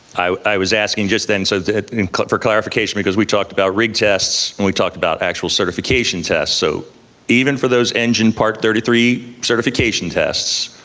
i was asking just then, so for clarification because we talked about rig tests and we talked about actual certification tests, so even for those engine part thirty three certification tests,